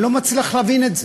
אני לא מצליח להבין את זה.